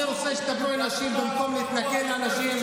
אני רוצה שתבוא לאנשים במקום להתנכל לאנשים,